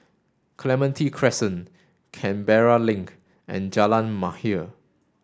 Clementi Crescent Canberra Link and Jalan Mahir